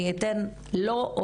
אני אתן לו,